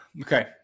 Okay